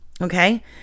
okay